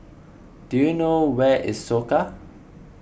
do you know where is Soka